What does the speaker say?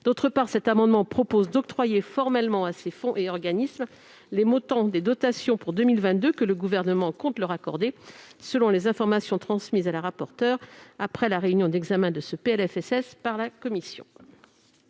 Par ailleurs, nous proposons d'octroyer formellement à ces fonds et organismes les montants des dotations pour 2022 que le Gouvernement compte leur accorder, selon les informations transmises à Mme la rapporteure générale après la réunion d'examen de ce PLFSS par la commission